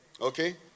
Okay